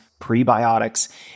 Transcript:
prebiotics